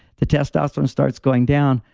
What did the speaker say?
the testosterone starts going down,